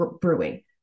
brewing